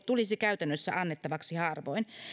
tulisi käytännössä annettavaksi harvoin